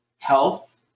health